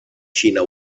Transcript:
xina